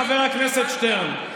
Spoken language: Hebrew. חבר הכנסת שטרן.